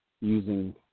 using